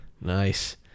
Nice